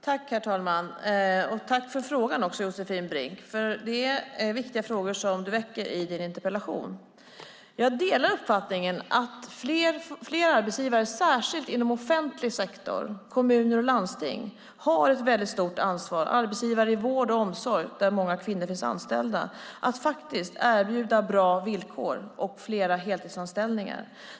Herr talman! Tack för frågan, Josefin Brink! Det är nämligen viktiga frågor du väcker i din interpellation. Jag delar uppfattningen att fler arbetsgivare, särskilt inom offentlig sektor, kommuner och landsting - arbetsgivare inom vård och omsorg där många kvinnor finns anställda - har ett väldigt stort ansvar att erbjuda bra villkor och fler heltidsanställningar.